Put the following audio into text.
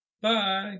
Bye